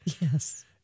Yes